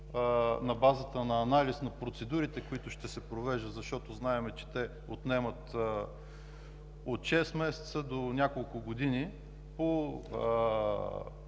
на базата на анализ на процедурите, които ще се провеждат, защото знаем, че отнемат от шест месеца до няколко години по